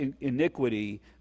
iniquity